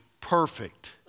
perfect